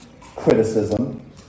Criticism